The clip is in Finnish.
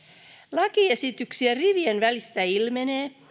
lakiesityksen rivien välistä ilmenee